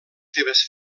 seves